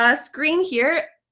ah screen here.